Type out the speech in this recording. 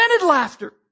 laughter